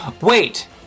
wait